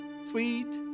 Sweet